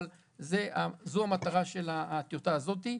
אבל זאת המטרה של הטיוטה הזאת.